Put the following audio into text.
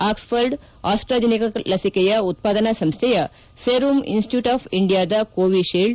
Oxford AstraZeneca ಲಸಿಕೆಯ ಉತ್ಪಾದನಾ ಸಂಸ್ಹೆಯ ಸೆರುಮ್ ಇನಿಟಿಟ್ಲೂಟ್ ಆಫ್ ಇಂಡಿಯಾದ ಕೋವಿ ಶೀಲ್ಡ್